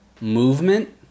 movement